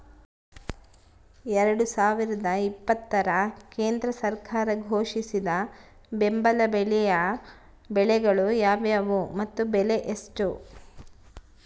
ಎರಡು ಸಾವಿರದ ಇಪ್ಪತ್ತರ ಕೇಂದ್ರ ಸರ್ಕಾರ ಘೋಷಿಸಿದ ಬೆಂಬಲ ಬೆಲೆಯ ಬೆಳೆಗಳು ಯಾವುವು ಮತ್ತು ಬೆಲೆ ಎಷ್ಟು?